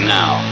now